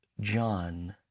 John